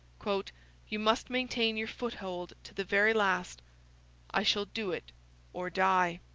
you must maintain your foothold to the very last i shall do it or die